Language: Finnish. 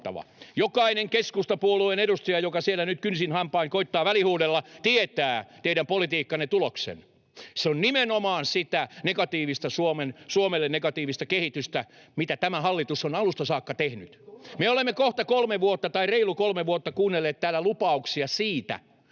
Jokainen keskustapuolueen edustaja, joka siellä nyt kynsin hampain koettaa välihuudella, tietää teidän politiikkanne tuloksen. Se on nimenomaan sitä Suomelle negatiivista kehitystä, mitä tämä hallitus on alusta saakka tehnyt. Me olemme kohta kolme vuotta tai reilut kolme vuotta kuunnelleet täällä lupauksia siitä,